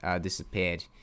disappeared